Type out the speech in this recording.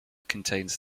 contains